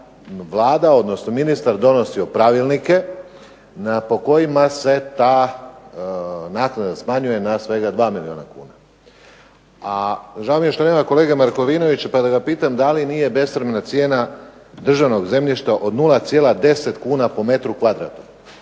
Vlada, odnosno ministar donosio pravilnike na po kojima se ta naknada smanjuje na svega 2 milijuna kuna. A žao mi je što nema kolege Markovinovića, pa da ga pitam da li nije besramna cijena državnog zemljišta od 0,10 kuna po metru kvadratnom,